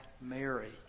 Mary